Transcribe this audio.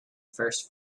first